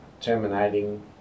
terminating